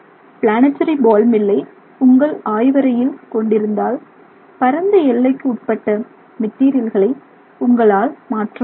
planetary ball மில்லை உங்கள் ஆய்வறையில்கொண்டிருந்தால் பரந்த எல்லைக்கு உட்பட்ட மெட்டீரியல்களை உங்களால் மாற்ற முடியும்